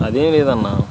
అదేం లేదన్నా